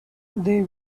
they